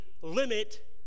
limit